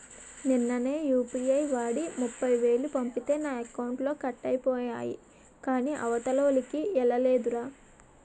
నిన్ననే యూ.పి.ఐ వాడి ముప్ఫైవేలు పంపితే నా అకౌంట్లో కట్ అయిపోయాయి కాని అవతలోల్లకి ఎల్లలేదురా